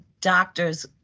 doctor's